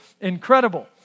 incredible